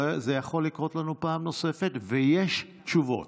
זה יכול לקרות לנו פעם נוספת, ויש תשובות.